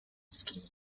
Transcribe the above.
scheme